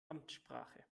amtssprache